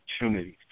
opportunities